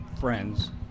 friends